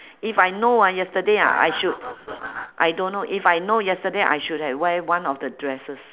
if I know ah yesterday ah I should I don't know if I know yesterday I should have wear one of the dresses